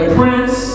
Prince